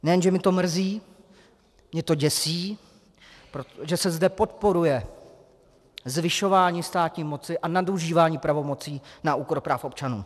Nejen že mě to mrzí, mě děsí, že se zde podporuje zvyšování státní moci a nadužívání pravomocí na úkor práv občanů.